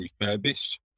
refurbished